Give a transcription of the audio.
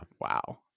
Wow